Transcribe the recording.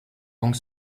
donc